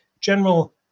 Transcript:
General